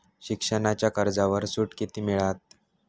शिक्षणाच्या कर्जावर सूट किती मिळात?